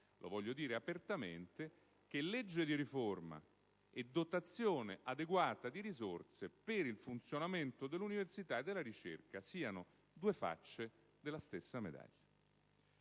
lo voglio dire apertamente - che legge di riforma e dotazione adeguata di risorse per il funzionamento dell'università e della ricerca siano due facce della stessa medaglia».